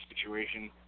situation